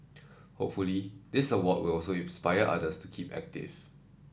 hopefully this award will also inspire others to keep active